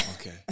Okay